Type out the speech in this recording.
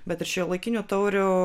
bet ir šiuolaikinių taurių